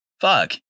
fuck